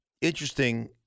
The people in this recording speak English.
interesting